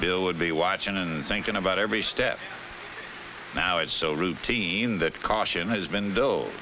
bill would be watching and thinking about every step now it's so routine that caution has been though